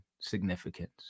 significance